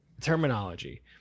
terminology